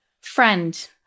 Friend